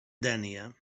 dénia